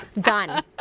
done